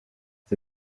the